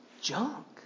junk